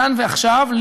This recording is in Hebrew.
כאן ועכשיו,